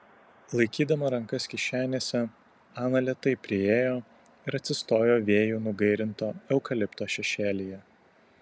laikydama rankas kišenėse ana lėtai priėjo ir atsistojo vėjų nugairinto eukalipto šešėlyje